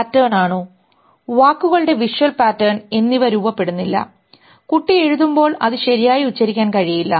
pattern ആണോ വാക്കുകളുടെ visual pattern എന്നിവ രൂപപ്പെടുന്നില്ല കുട്ടി എഴുതുമ്പോൾ അത് ശരിയായി ഉച്ചരിക്കാൻ കഴിയില്ല